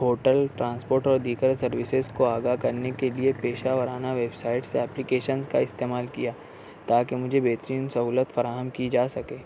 hotel transport اور دیگر services کو آگاہ کرنے کے لئے پیشہ ورانہ ویب سائٹس یا اپلیکیشنس کا استعمال کیا تاکہ مجھے بہترین سہولت فراہم کی جا سکے